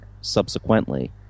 subsequently